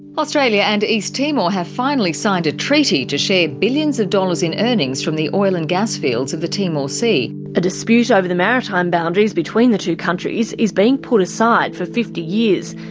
australia and east timor have finally signed a treaty to share billions of dollars in earnings from the oil and gas fields of the timor sea. a dispute over the maritime boundaries between the two countries is being put aside for fifty years,